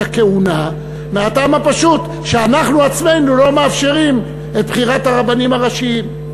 הכהונה מהטעם הפשוט שאנחנו עצמנו לא מאפשרים את בחירת הרבנים הראשיים.